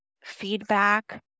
feedback